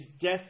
death